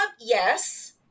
Yes